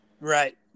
Right